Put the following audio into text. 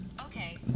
Okay